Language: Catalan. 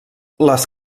les